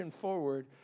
forward